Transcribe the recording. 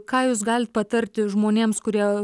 ką jūs galit patarti žmonėms kurie